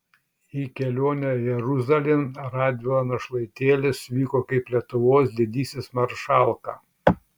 į kelionę jeruzalėn radvila našlaitėlis vyko kaip lietuvos didysis maršalka